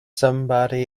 somebody